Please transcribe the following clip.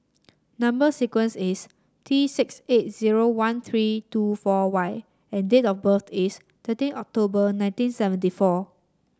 number sequence is T six eight zero one three two four Y and date of birth is thirteen October nineteen seventy four